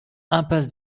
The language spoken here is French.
impasse